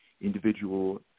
individual